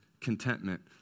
contentment